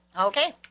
Okay